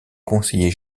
conseillers